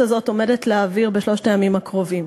הזאת עומדת להעביר בשלושת הימים הקרובים: